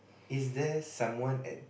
is there someone at